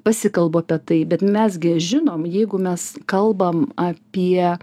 pasikalbu apie tai bet mes gi žinom jeigu mes kalbam apie